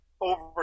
over